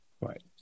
right